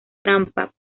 trampa